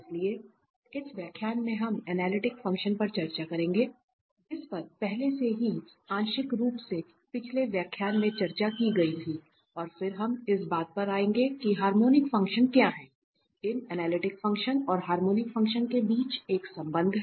इसलिए इस व्याख्यान में हम एनालिटिक फंक्शन पर चर्चा करेंगे जिस पर पहले से ही आंशिक रूप से पिछले व्याख्यान में चर्चा की गई थी और फिर हम इस बात पर आएंगे कि हार्मोनिक फ़ंक्शन क्या हैं इन एनालिटिक फ़ंक्शन और हार्मोनिक फ़ंक्शन के बीच एक संबंध है